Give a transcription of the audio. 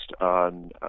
on